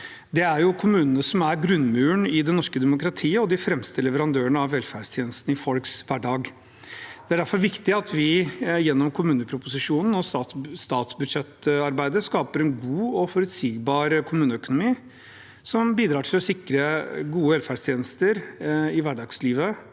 Det er jo kommunene som er grunnmuren i det norske demokratiet og de fremste leverandørene av velferdstjenestene i folks hverdag. Det er derfor viktig at vi gjennom kommuneproposisjonen og statsbudsjettarbeidet skaper en god og forutsigbar kommuneøkonomi, som bidrar til å sikre gode velferdstjenester i hverdagslivet